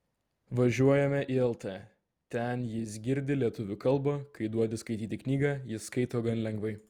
važiuojame į lt ten jis girdi lietuvių kalbą kai duodi skaityti knygą jis skaito gan lengvai